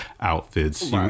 outfits